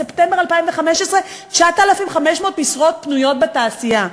בספטמבר 2015, 9,500 משרות פנויות בתעשייה.